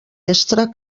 estre